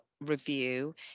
review